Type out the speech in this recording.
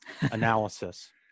analysis